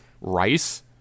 rice